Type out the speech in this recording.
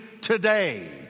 today